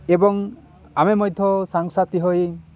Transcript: ଏବଂ ଆମେ ମଧ୍ୟ ସାଙ୍ଗ ସାଥି ହୋଇ